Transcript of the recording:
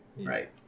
right